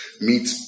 meet